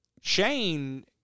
Shane